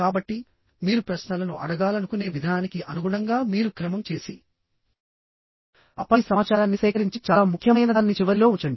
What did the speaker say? కాబట్టిమీరు ప్రశ్నలను అడగాలనుకునే విధానానికి అనుగుణంగా మీరు క్రమం చేసి ఆపై సమాచారాన్ని సేకరించి చాలా ముఖ్యమైనదాన్ని చివరిలో ఉంచండి